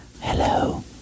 hello